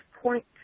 point